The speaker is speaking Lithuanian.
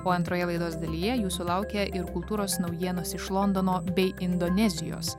o antroje laidos dalyje jūsų laukia ir kultūros naujienos iš londono bei indonezijos